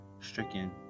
Stricken